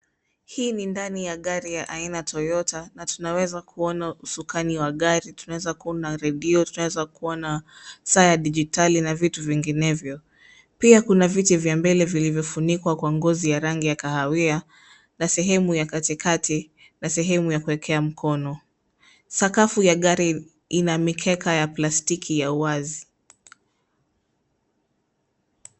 Hii ni ndani ya gari ya aina Toyota na tunaweza kuona usukani wa gari, tunaweza kuona redio, tunaweza kuona saa ya dijitali na vitu vinginevyo. Pia kuna viti vya mbele vilivyofunikwa kwa ngozi ya rangi ya kahawia na sehemu ya katikati na sehemu ya kuwekea mkono. Sakafu ya gari ina mikeka ya plastiki ya uwazi.